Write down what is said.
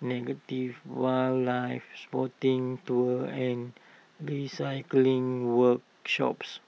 negative wildlife spotting tours and recycling workshops